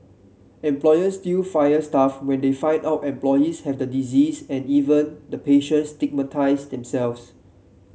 employers still fire staff when they find out an employees have the disease and even the patients stigmatise themselves